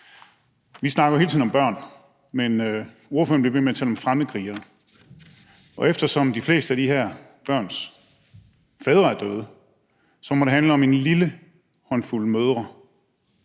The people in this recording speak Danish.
Vi snakker jo om børn, men ordføreren bliver ved med at tale om fremmedkrigere, og eftersom de fleste af de her børns fædre er døde, så må det handle om en lille håndfuld mødre,